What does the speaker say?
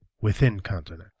within-continent